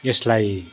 यसलाई